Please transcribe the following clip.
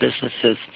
businesses